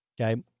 okay